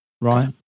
right